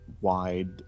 wide